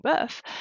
birth